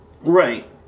Right